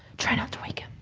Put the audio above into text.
try not to wake him.